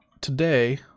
today